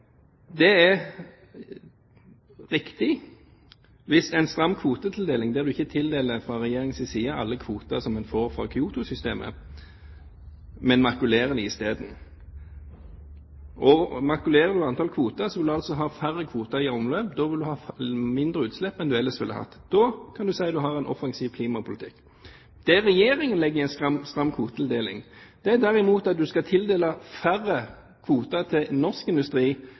Det er riktig – hvis en stram kvotetildeling er at Regjeringen ikke tildeler alle kvoter som en får fra kyotosystemet, men makulerer dem i stedet. Og makulerer du et antall kvoter, vil du altså ha færre kvoter i omløp, og da vil du ha mindre utslipp enn det du ellers ville hatt. Da kan du si at du har en offensiv klimapolitikk. Det Regjeringen legger i stram kvotetildeling, er derimot at du skal tildele færre kvoter til norsk industri